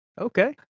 Okay